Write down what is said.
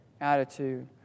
attitude